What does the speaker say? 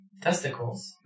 Testicles